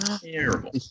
Terrible